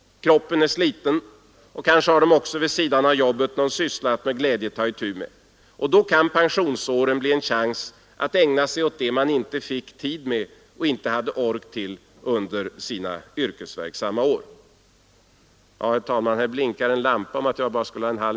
Kroppen är sliten. Kanske har de också vid sidan av jobbet någon syssla att med glädje ta itu med efter pensioneringen. Då kan pensionsåren bli en chans att ägna sig åt det man inte fick tid med och inte hade ork till under sina yrkesverksamma år.